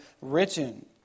written